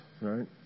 right